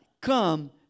come